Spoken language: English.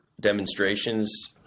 demonstrations